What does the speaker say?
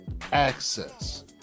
access